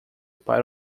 para